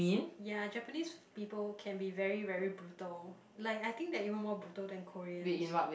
ya Japanese people can be very very brutal like I think they're even more brutal than Koreans